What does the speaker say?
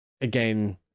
again